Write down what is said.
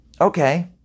Okay